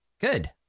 Good